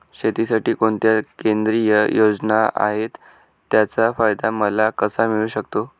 शेतीसाठी कोणत्या केंद्रिय योजना आहेत, त्याचा फायदा मला कसा मिळू शकतो?